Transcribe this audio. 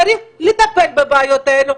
צריך לטפל בבעיות האלה,